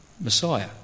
Messiah